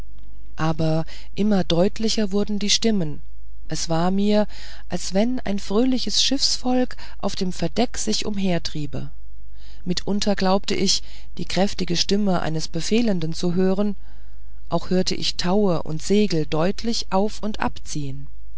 aber immer deutlicher wurden die stimmen es war mir als wenn ein fröhliches schiffsvolk auf dem verdeck sich umhertriebe mitunter glaubte ich die kräftige stimme eines befehlenden zu hören auch hörte ich taue und segel deutlich auf und abziehen